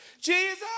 Jesus